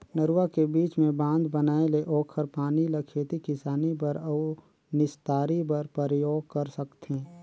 नरूवा के बीच मे बांध बनाये ले ओखर पानी ल खेती किसानी बर अउ निस्तारी बर परयोग कर सकथें